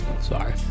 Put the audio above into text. Sorry